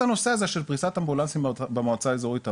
הנושא הזה של פריסת אמבולנסים במועצה אזורית תמר,